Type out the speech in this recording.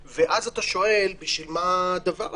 ואז אתה שואל: בשביל מה הדבר הזה?